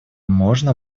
можно